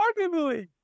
arguably